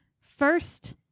first